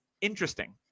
interesting